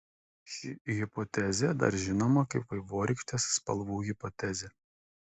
ši hipotezė dar žinoma kaip vaivorykštės spalvų hipotezė